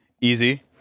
Easy